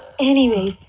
anyway.